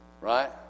Right